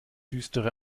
düstere